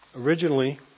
Originally